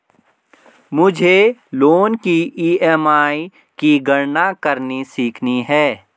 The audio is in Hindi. मुझे लोन की ई.एम.आई की गणना करनी सीखनी है